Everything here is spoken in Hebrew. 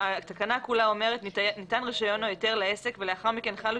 התקנה כולה אומרת ש"ניתן רישיון או היתר לעסק ולאחר מכן חלו